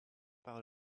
par